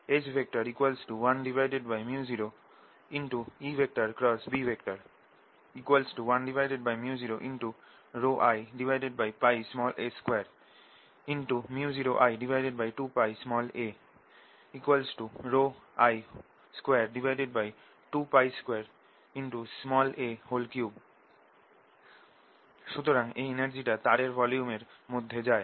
S 1µ0EB 1µ0ρIa2µ0I2πa I222a3 সুতরাং এই এনার্জিটা তারের ভলিউমের মধ্যে যায়